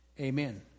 amen